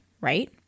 right